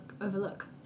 overlook